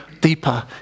deeper